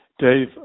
Dave